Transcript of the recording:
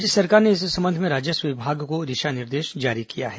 राज्य सरकार ने इस संबंध में राजस्व विभाग को दिशा निर्देश जारी किया है